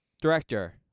director